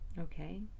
Okay